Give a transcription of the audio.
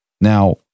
Now